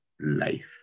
life